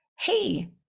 hey